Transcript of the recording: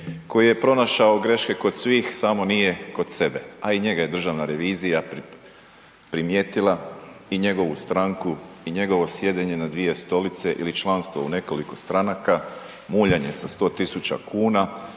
koji je pronašao greške kod svih, samo nije kod sebe. A i njega je državna revizija primijetila i njegovu stranku i njegovo sjedenje na dvije stolice ili članstvo u nekoliko stranaka, muljanje sa 100 tisuća kuna